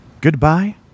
goodbye